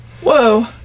Whoa